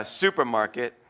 supermarket